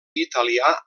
italià